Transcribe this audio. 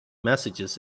messages